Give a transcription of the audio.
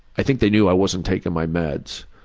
i think they knew i wasn't taking my meds.